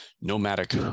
nomadic